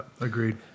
agreed